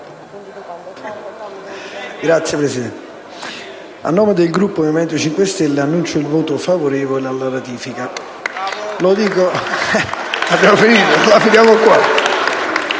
Signor Presidente, a nome del Gruppo Movimento 5 Stelle annuncio il voto favorevole alla ratifica